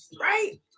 Right